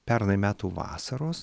pernai metų vasaros